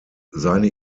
seine